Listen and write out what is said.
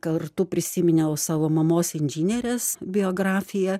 kartu prisiminiau savo mamos inžinierės biografiją